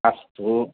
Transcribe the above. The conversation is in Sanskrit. अस्तु